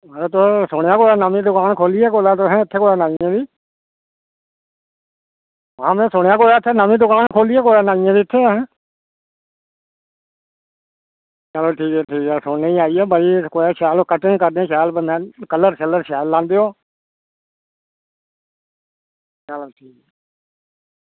एह् महाराज तुसें सुनेआ कुतै नमीं दकान खोल्ली ऐ कुतै तुहें नमीं नमीं हां में सुनेआ कि इत्थै कुतै नमीं दकान खोल्ली ऐ कोई नाइयें दी इत्थें ऐ हें चलो ठीक ऐ ठीक ऐ सुनने च आई ऐ कि बड़ी शैल कटिंग करदे शैल बंदे दा कलर शलर शैल लांदे ओ चलो ठीक